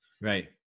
Right